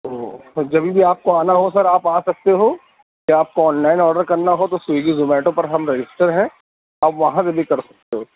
تو سر جبھی بھی آپ کو آنا ہو سر آپ آ سکتے ہو یا آپ کو آن لائن آڈر کرنا ہو تو سویگی زومیٹو پر ہم رجسٹر ہیں آپ وہاں پہ بھی کر سکتے ہو